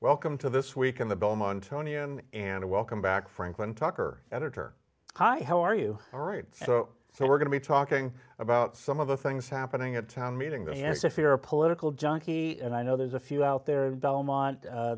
welcome to this week in the belmont tourney and and welcome back franklin tucker editor hi how are you all right so so we're going to be talking about some of the things happening at town meeting that yes if you're a political junkie and i know there's a few out there